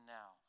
now